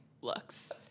looks